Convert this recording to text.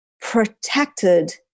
protected